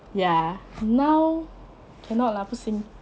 ya now cannot lah 不行